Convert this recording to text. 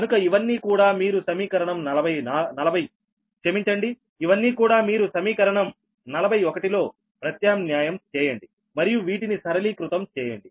కనుక ఇవన్నీ కూడా మీరు సమీకరణం 41 లో ప్రత్యామ్న్యాయం చేయండి మరియు వీటిని సరళీకృతం చేయండి